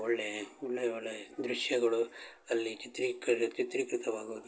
ಒಳ್ಳೇ ಒಳ್ಳೆಯ ಒಳ್ಳೆಯ ದೃಶ್ಯಗಳು ಅಲ್ಲಿ ಚಿತ್ರೀಕರ ಚಿತ್ರೀಕೃತವಾಗೋದು